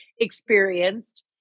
experienced